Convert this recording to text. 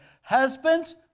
Husbands